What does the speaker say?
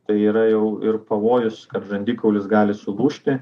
tai yra jau ir pavojus kad žandikaulis gali sulūžti